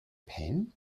pain